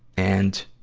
and,